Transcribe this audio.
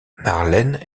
marlène